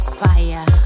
fire